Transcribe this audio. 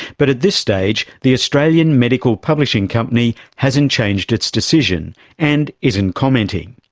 but at this stage, the australian medical publishing company hasn't changed its decision and isn't commenting.